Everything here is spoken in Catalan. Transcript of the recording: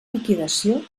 liquidació